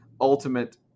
ultimate